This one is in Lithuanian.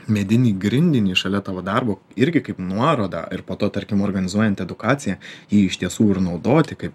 medinį grindinį šalia tavo darbo irgi kaip nuorodą ir po to tarkim organizuojant edukaciją jį iš tiesų ir naudoti kaip